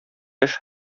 яшь